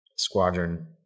Squadron